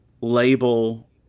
label